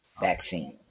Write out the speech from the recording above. vaccine